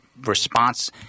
Response